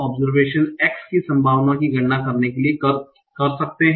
observation x की संभावना की गणना करने के लिए कर सकते हैं